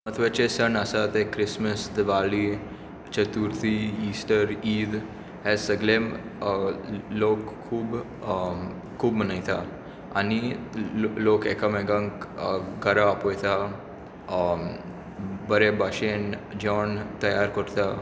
म्हत्वाचे सण आसात ते क्रिसमस दिवाली चतुर्थी इस्टर ईद हे सगळे लोक खूब खूब मनयता आनी लोक एकामेकांक घरा आपयता बरे भाशेन जेवण तयार करता